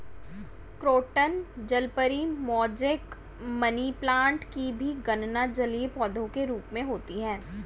croton जलपरी, mosaic, money plant की भी गणना जलीय पौधे के रूप में होती है